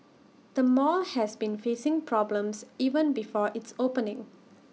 the mall has been facing problems even before its opening